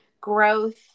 growth